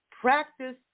practice